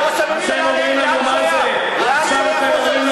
ראש הממשלה, לאן שייך?